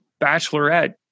bachelorette